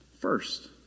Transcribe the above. first